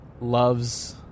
loves